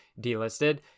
delisted